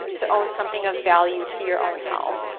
to own something of value to your own health.